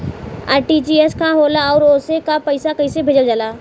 RTGS का होला आउरओ से पईसा कइसे भेजल जला?